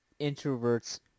introverts